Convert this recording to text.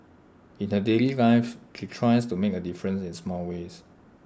in her daily life she tries to make A difference in small ways